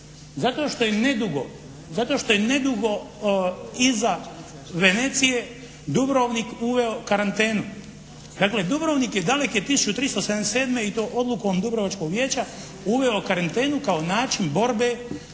Zato što je nedugo iza Venecije Dubrovnik uveo karantenu. Dakle, Dubrovnik je daleke 1377. i to odlukom dubrovačkog vijeća uveo karantenu kao način borbe